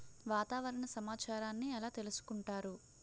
వాతావరణ సమాచారాన్ని ఎలా తెలుసుకుంటారు?